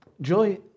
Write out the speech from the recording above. Joy